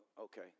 okay